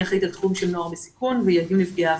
אחראית על תחום של נוער בסיכון וילדים נפגעי עבירה.